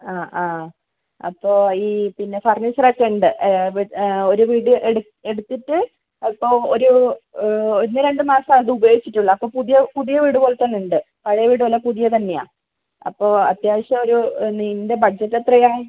ആ ആ അപ്പോൾ ഈ പിന്നെ ഫർണിച്ചർ ഒക്കെ ഉണ്ട് ഒരു വീട് എട് എടുത്തിട്ട് അതിപ്പോൾ ഒരു ഒന്ന് രണ്ട് മാസം അത് ഉപയോഗിച്ചിട്ടുള്ളൂ അപ്പോൾ പുതിയ പുതിയ വീട് പോലെത്തന്നെ ഉണ്ട് പഴയ വീടുമല്ല പുതിയത് തന്നെയാണ് അപ്പോൾ അത്യാവശ്യം ഒരു നിൻ്റെ ബഡ്ജറ്റ് എത്രയാണ്